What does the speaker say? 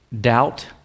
doubt